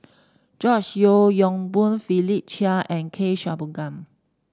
George Yeo Yong Boon Philip Chia and K Shanmugam